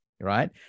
right